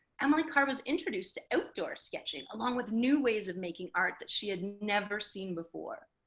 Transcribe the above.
emily carr was introduced to outdoor sketching, along with new ways of making art that she had never seen before.